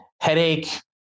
headache